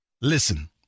Listen